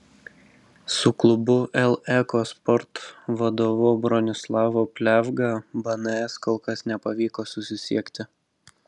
su klubo el eko sport vadovu bronislovu pliavga bns kol kas nepavyko susisiekti